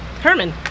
Herman